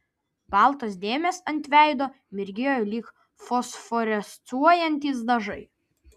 baltos dėmės ant veido mirgėjo lyg fosforescuojantys dažai